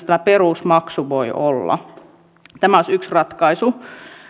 tämä perusmaksu voi olla sähkönsiirtohinnassa tämä olisi yksi ratkaisu